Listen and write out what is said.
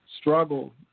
struggle